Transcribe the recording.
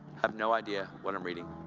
i've no idea what i'm reading,